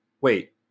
Wait